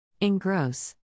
Engross